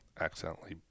accidentally –